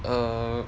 err